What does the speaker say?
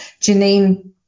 Janine